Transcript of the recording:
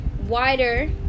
wider